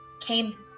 came